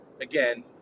again